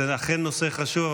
זה אכן נושא חשוב,